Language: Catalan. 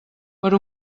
per